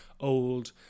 old